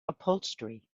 upholstery